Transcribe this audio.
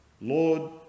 Lord